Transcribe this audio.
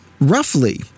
roughly